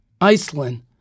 Iceland